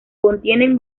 contienen